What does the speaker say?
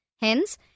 Hence